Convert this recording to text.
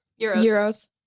Euros